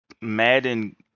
Madden